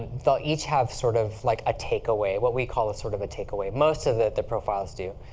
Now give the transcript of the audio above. they'll each have sort of like a takeaway what we call sort of a takeaway. most of the profiles do.